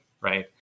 right